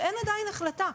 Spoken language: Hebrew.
ואין עדין החלטה.